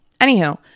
Anywho